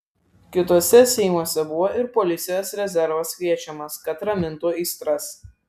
kituose seimuose buvo ir policijos rezervas kviečiamas kad ramintų aistras